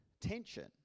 tension